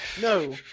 No